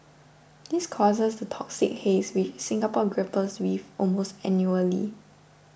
this causes the toxic haze which Singapore grapples with almost annually